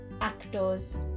actors